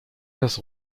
das